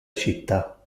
città